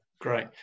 great